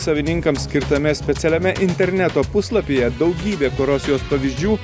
savininkams skirtame specialiame interneto puslapyje daugybė korozijos pavyzdžių